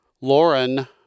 Lauren